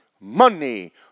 money